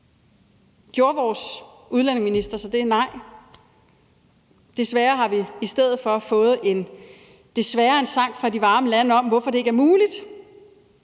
Gjorde vores udlændingeminister så det? Nej, desværre har vi i stedet for fået en sang fra de varme lande om, hvorfor det ikke er muligt.